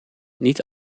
niet